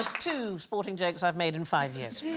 two sporting jokes i've made in five years